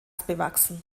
bewachsen